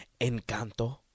Encanto